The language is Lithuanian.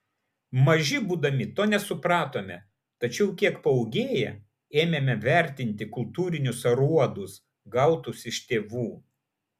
maži būdami to nesupratome tačiau kiek paūgėję ėmėme vertinti kultūrinius aruodus gautus iš tėvų